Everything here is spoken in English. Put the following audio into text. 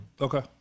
Okay